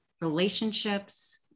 relationships